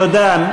תודה.